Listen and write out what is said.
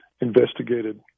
investigated